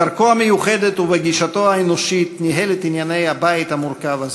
בדרכו המיוחדת ובגישתו האנושית ניהל את ענייני הבית המורכב הזה.